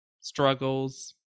struggles